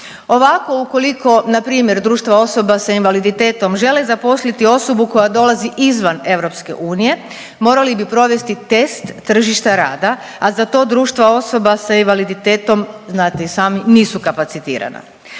Ovako ukoliko npr. društva osoba sa invaliditetom žele zaposliti osobu koja dolazi izvan EU morali bi provesti test tržišta rada, a za to društva osoba sa invaliditetom znate i sami nisu kapacitirana.